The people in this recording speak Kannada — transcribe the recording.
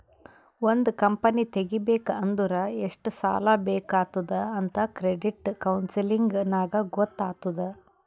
ಒಂದ್ ಕಂಪನಿ ತೆಗಿಬೇಕ್ ಅಂದುರ್ ಎಷ್ಟ್ ಸಾಲಾ ಬೇಕ್ ಆತ್ತುದ್ ಅಂತ್ ಕ್ರೆಡಿಟ್ ಕೌನ್ಸಲಿಂಗ್ ನಾಗ್ ಗೊತ್ತ್ ಆತ್ತುದ್